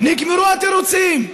נגמרו התירוצים.